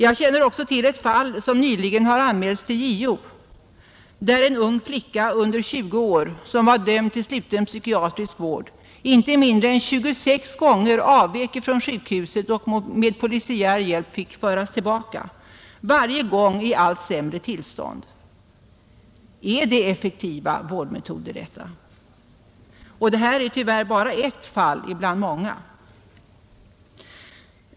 Jag känner också till ett fall, som nyligen har anmälts till JO, där en ung flicka under 20 år som var dömd till sluten psykiatrisk vård inte mindre än 26 gånger inom loppet av nio månader avvek från sjukhuset och med polisiär hjälp fick föras tillbaka, varje gång i allt sämre tillstånd. Är det effektiva vårdmetoder? Och detta fall är tyvärr bara ett bland många.